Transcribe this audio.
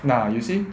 ah you say